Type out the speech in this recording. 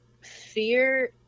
fear